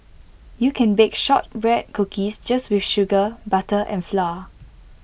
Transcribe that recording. you can bake Shortbread Cookies just with sugar butter and flour